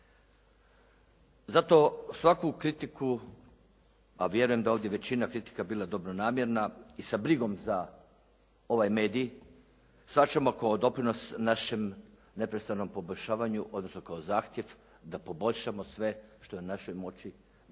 Zato svaku kritiku, a vjerujem da ovdje većina kritika bila dobronamjerna i sa brigom za ovaj medij, sačuvamo kao doprinos našem neprestanom poboljšavanju, odnosno kao zahtjev da poboljšamo sve što je u našoj moći se može